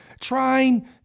trying